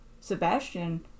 Sebastian